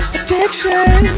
Addiction